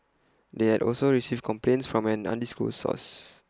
they had also received complaints from an undisclosed source